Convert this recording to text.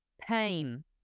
pain